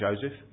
Joseph